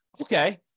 Okay